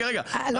יש